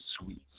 sweets